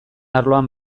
arloan